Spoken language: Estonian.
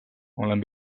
olen